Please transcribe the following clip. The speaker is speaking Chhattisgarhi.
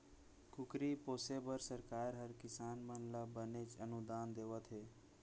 कुकरी पोसे बर सरकार हर किसान मन ल बनेच अनुदान देवत हे